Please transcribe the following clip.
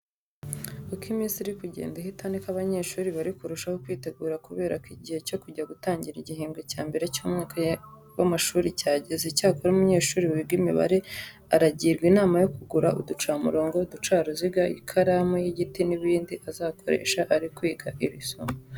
Uko iminsi iri kugenda ihita ni ko abanyeshuri bari kurushaho kwitegura kubera ko igihe cyo kujya gutangira igihembwe cya mbere cy'umwaka w'amashuri cyageze. Icyakora umunyeshuri wiga imibare arajyirwa inama yo kugura uducamurongo, uducaruziga, ikaramu y'igiti n'ibindi azakoresha ari kwiga iri somo.